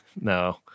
No